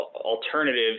alternatives